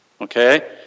okay